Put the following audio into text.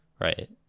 Right